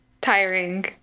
tiring